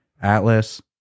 atlas